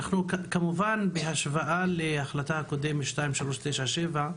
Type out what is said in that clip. כמובן בהשוואה להחלטה הקודמת, 2397,